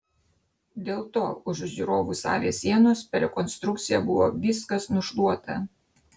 dėl to už žiūrovų salės sienos per rekonstrukciją buvo viskas nušluota